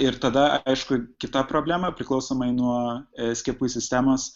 ir tada aišku kita problema priklausomai nuo skiepų sistemos